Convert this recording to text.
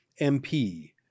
mp